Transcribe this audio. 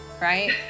right